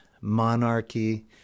monarchy